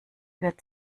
wird